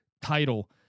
title